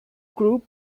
group